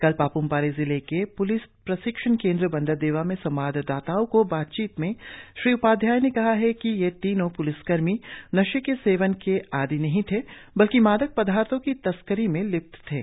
कल पाप्म पारे जिले के प्लिस प्रशिक्षण केंद्र बंदरदेवा में संवाददाताओं से बातचीत में श्री उपाध्याय ने कहा है कि ये तीनो पुलिस कर्मी नशे के सेवन के आदि नहीं थे बल्कि मादक पदार्थो की तस्करी में लिप्त थे